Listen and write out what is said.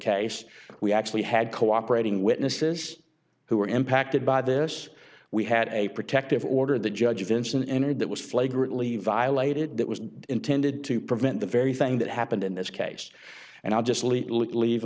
case we actually had cooperating witnesses who were impacted by this we had a protective order the judge vinson entered that was flagrantly violated that was intended to prevent the very thing that happened in this case and i'll just leave